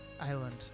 Island